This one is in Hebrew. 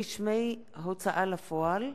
(רשמי הוצאה לפועל),